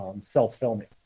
self-filming